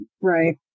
Right